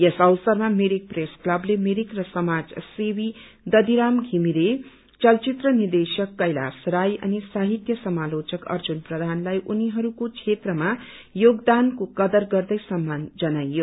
यस अवससरमा मिरिक प्रेस क्लवले मिरिका समाज सेवी दषिराम घिमिरे चलचित्र निदेशक कैलाश राई अनि साहितय समालोचक अर्जु प्रधानलाई उनीहरूको क्षेत्रमा योगदानको कदर गर्दै सम्मान जनायो